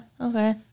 Okay